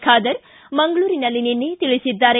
ಖಾದರ್ ಮಂಗಳೂರಿನಲ್ಲಿ ನಿನ್ನೆ ತಿಳಿಸಿದ್ದಾರೆ